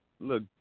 Look